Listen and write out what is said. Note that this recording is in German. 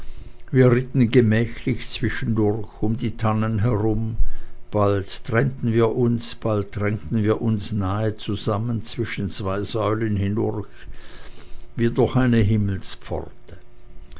wir ritten gemächlich zwischendurch um die tannen herum bald trennten wir uns und bald drängten wir uns nahe zusammen zwischen zwei säulen durch wie durch eine himmelspforte